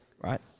Right